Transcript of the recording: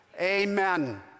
Amen